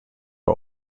are